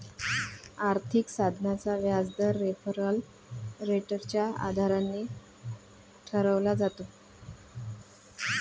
आर्थिक साधनाचा व्याजदर रेफरल रेटच्या आधारे ठरवला जातो